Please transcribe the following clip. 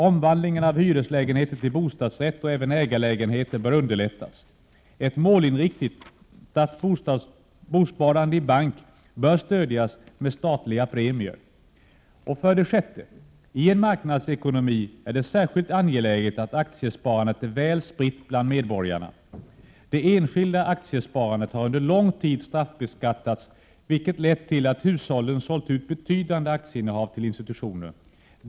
Omvandling av hyreslägenheter till bostadsrätt och även ägarlägenheter bör underlättas. Ett målinriktat bosparande i bank bör stödjas med statliga premier. För det sjätte är det i en marknadsekonomi särskilt angeläget att aktiesparandet är väl spritt bland medborgarna. Det enskilda aktiesparandet har under lång tid straffbeskattats, vilket lett till att hushållen sålt ut betydande aktieinnehav till institutioner.